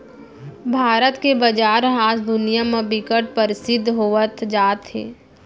भारत के बजार ह आज दुनिया म बिकट परसिद्ध होवत जात हे